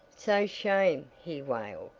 so shame, he wailed.